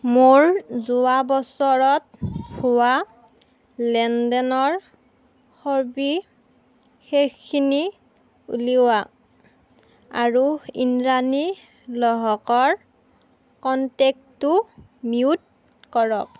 মোৰ যোৱা বছৰত হোৱা লেনদেনৰ সবিশেষখিনি উলিওৱা আৰু ইন্দ্ৰাণী লহকৰ কণ্টেক্টটো মিউট কৰক